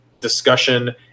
Discussion